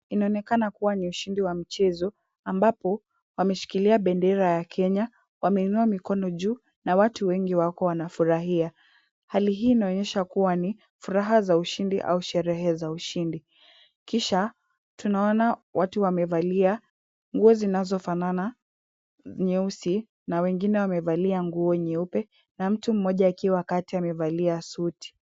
Inaonekana kuwa ni ushindi wa mchezo ambapo wameshikilia bendera ya Kenya, wameinua mikono juu na watu wengi wako wanafurahia. Hali hii inaonyesha kuwa ni furaha za ushindi au sherehe za ushindi. Kisha tunaona watu wamevalia nguo zinazofanana nyeusi na wengine wamevalia nguo nyeupe na mtu mmoja akiwa kati amevalia suti.